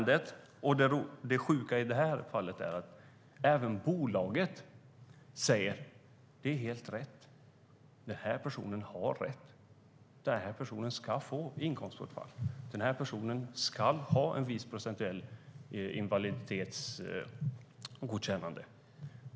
Det sjuka i det här fallet är att även bolaget säger att det är helt rätt och att personen har rätt till och ska få inkomstbortfall; han ska ha ett visst procentuellt invaliditetsgodkännande.